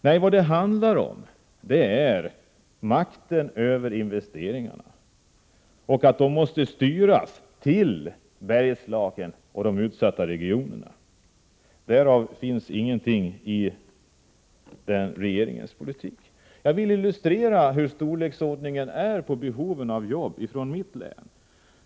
Nej, vad det handlar om är makten över investeringarna, som måste styras till Bergslagen och andra utsatta regioner. Därav finns ingenting i regeringens politik. Behovet av jobb är stort i mitt län.